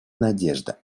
надежда